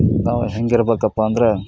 ನಾವು ಹೇಗಿರ್ಬೇಕಪ್ಪ ಅಂದರೆ